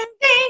ding